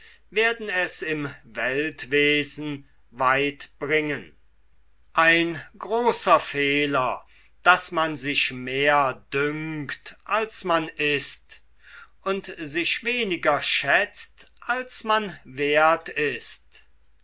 werden es im weltwesen weit bringen ein großer fehler daß man sich mehr dünkt als man ist und sich weniger schätzt als man wert ist